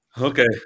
okay